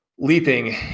leaping